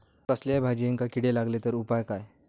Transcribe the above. कसल्याय भाजायेंका किडे लागले तर उपाय काय?